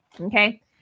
Okay